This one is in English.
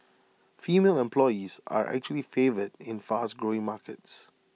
female employees are actually favoured in fast growing markets